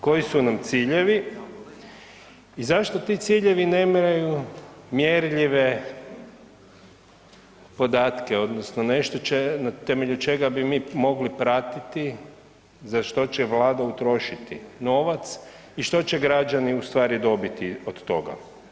Koji su nam ciljevi i zašto ti ciljevi nemaju mjerljive podatke odnosno nešto na temelju čega bi mi mogli pratiti za što će Vlada utrošiti novac i što će građani ustvari dobiti od toga?